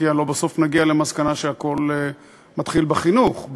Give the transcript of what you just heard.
כי הלוא בסוף נגיע למסקנה שהכול מתחיל בחינוך,